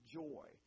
joy